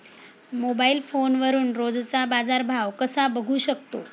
Mobile फोनवरून रोजचा बाजारभाव कसा बघू शकतो?